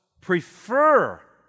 prefer